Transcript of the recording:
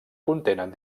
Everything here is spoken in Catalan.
contenen